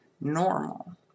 normal